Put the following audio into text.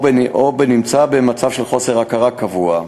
או שהוא במצב של חוסר הכרה קבוע.